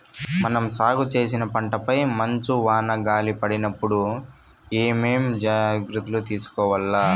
మనం సాగు చేసిన పంటపై మంచు, వాన, గాలి పడినప్పుడు ఏమేం జాగ్రత్తలు తీసుకోవల్ల?